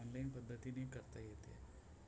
online पद्धतीनी करता येते